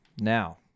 Now